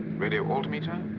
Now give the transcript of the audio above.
radio altimeter,